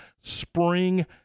Spring